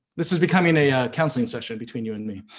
this is becoming a counseling session between you and me.